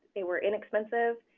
they were inexpensive.